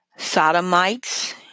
Sodomites